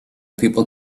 people